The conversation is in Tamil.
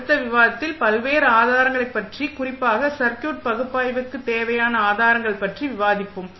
அடுத்த விவாதத்தில் பல்வேறு ஆதாரங்களைப் பற்றி குறிப்பாக சர்க்யூட் பகுப்பாய்வுக்கு தேவையான ஆதாரங்கள் பற்றி விவாதிப்போம்